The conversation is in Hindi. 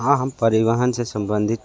हाँ हम परिवहन से संबंधित